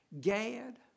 Gad